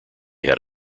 had